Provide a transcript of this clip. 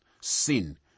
sin